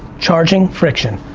charging, friction,